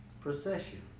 procession